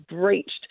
breached